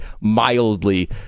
mildly